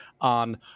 on